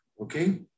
okay